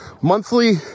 monthly